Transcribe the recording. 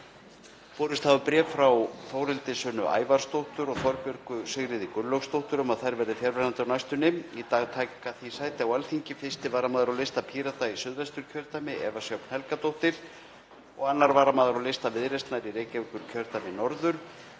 Borist hafa bréf frá Þórhildi Sunnu Ævarsdóttur og Þorbjörgu Sigríði Gunnlaugsdóttur um að þær verði fjarverandi á næstunni. Í dag taka því sæti á Alþingi 1. varamaður á lista Pírata í Suðvesturkjördæmi, Eva Sjöfn Helgadóttir, og 2. varamaður á lista Viðreisnar í Reykjavíkurkjördæmi norður,